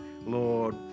Lord